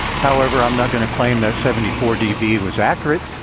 however, i'm not going to claim that seventy four db was accurate.